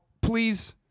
please